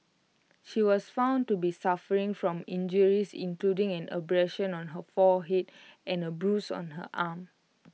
she was found to be suffering from injuries including an abrasion on her forehead and A bruise on her arm